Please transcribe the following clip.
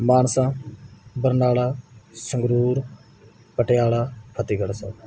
Mansa Barnala Sangrur Patiala Fatehgarh Sahib